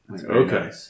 Okay